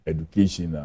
Education